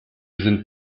sind